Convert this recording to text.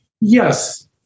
Yes